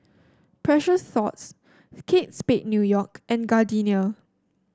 Precious Thots Kate Spade New York and Gardenia